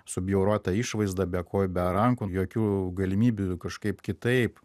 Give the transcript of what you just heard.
subjaurota išvaizda be kojų be rankų jokių galimybių kažkaip kitaip